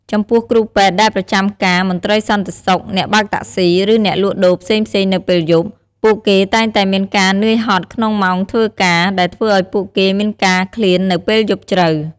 ចំពោះគ្រូពេទ្យដែលប្រចាំការ មន្ត្រីសន្តិសុខ អ្នកបើកតាក់ស៊ី ឬអ្នកលក់ដូរផ្សេងៗនៅពេលយប់ ពួកគេតែងតែមានការនើយហត់ក្នុងម៉ោងធ្វើការ ដែលធ្វើឱ្យពួកគេមានការឃ្លាននៅពេលយប់ជ្រៅ។